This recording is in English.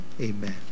Amen